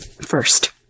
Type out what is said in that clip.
first